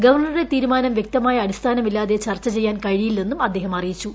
ഗവർണറുടെ തീരുമാനം വ്യക്തമായ അടിസ്ഥാനമില്ലാതെ ചർച്ച ചെയ്യാൻ കഴിയില്ലെന്നും അദ്ദേഹം അറിയിച്ചു